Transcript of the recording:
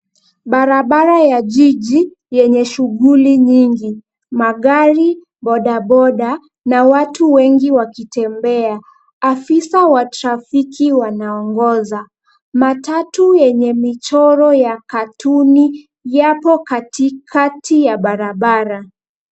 Barabara ya jiji yenye shughuli nyingi. Magari, bodaboda na watu wengi wakitembea. Afisa wa trafiki wanaongoza. Matatu yenye michoro ya katuni yako katikati ya barabara.